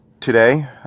today